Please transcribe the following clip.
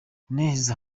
neza